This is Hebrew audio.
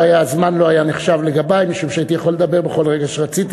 הזמן לא היה נחשב לגבי משום שהייתי יכול לדבר בכל רגע שרציתי.